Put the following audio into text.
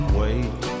wait